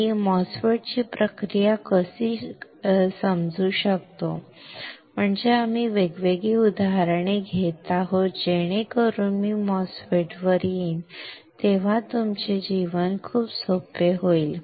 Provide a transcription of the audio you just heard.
मी MOSFET ची प्रक्रिया कशी समजू शकतो म्हणूनच आम्ही वेगवेगळी उदाहरणे घेत आहोत जेणेकरून मी MOSFET वर येईन तेव्हा तुमचे जीवन खूप सोपे होईल